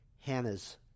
Hannah's